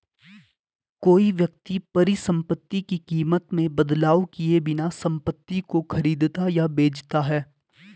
कोई व्यक्ति परिसंपत्ति की कीमत में बदलाव किए बिना संपत्ति को खरीदता या बेचता है